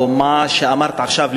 או מה שאת אמרת עכשיו,